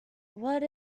what